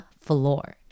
floor